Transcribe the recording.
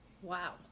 wow